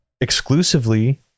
exclusively